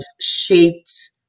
shaped